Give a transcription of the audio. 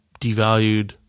devalued